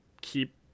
keep